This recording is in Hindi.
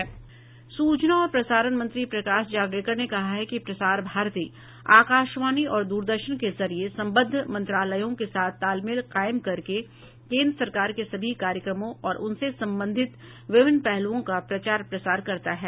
सूचना और प्रसारण मंत्री प्रकाश जावड़ेकर ने कहा है कि प्रसार भारती आकाशवाणी और द्रदर्शन के जरिये सम्बद्ध मंत्रालयों के साथ तालमेल कायम करके केन्द्र सरकार के सभी कार्यक्रमों और उनसे संबंधित विभिन्न पहलूओं का प्रचार प्रसार करता है